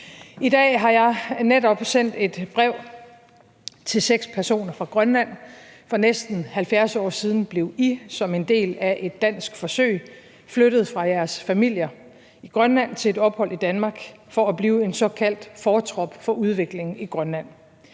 I dag har jeg netop sendt et brev til seks personer fra Grønland. For næsten 70 år siden blev I som en del af et dansk forsøg flyttet fra jeres familier i Grønland til et ophold i Danmark for at blive en såkaldt fortrop for udviklingen i Grønland.